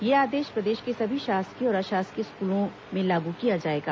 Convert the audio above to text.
यह आदेश प्रदेश के सभी शासकीय और अशासकीय स्कूलों में लागू किया जाएगा